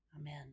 Amen